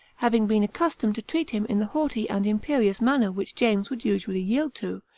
having been accustomed to treat him in the haughty and imperious manner which james would usually yield to,